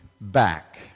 back